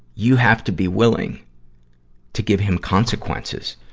you have to be willing to give him consequences.